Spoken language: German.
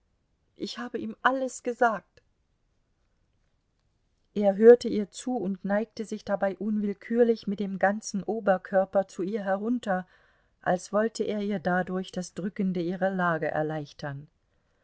ich habe ihm alles gesagt er hörte ihr zu und neigte sich dabei unwillkürlich mit dem ganzen oberkörper zu ihr herunter als wollte er ihr dadurch das drückende ihrer lage erleichtern